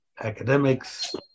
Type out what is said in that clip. academics